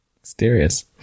Mysterious